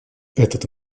этот